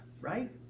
right